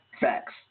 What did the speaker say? Facts